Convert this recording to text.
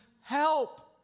help